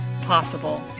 possible